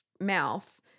mouth